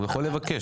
הוא יכול לבקש.